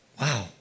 wow